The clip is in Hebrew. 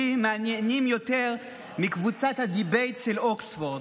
מעניינים יותר מקבוצת הדיבייט של אוקספורד.